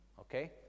Okay